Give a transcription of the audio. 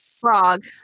frog